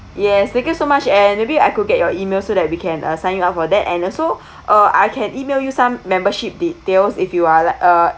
yes thank you so much and maybe I could get your email so that we can uh sign you up for that and also uh I can email you some membership details if you are like uh